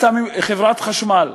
חברת חשמל,